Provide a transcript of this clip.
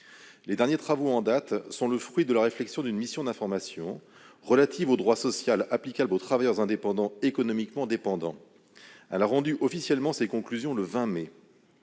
Les derniers travaux en date sont le fruit de la réflexion d'une mission d'information relative au droit social applicable aux travailleurs indépendants économiquement dépendants, qui a rendu officiellement ses conclusions le 20 mai.